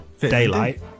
daylight